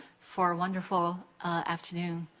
for a wonderful afternoon.